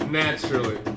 naturally